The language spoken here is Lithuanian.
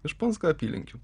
iš punsko apylinkių